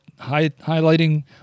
highlighting